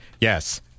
yes